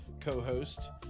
co-host